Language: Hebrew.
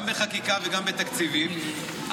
גם בחקיקה וגם בתקציבים.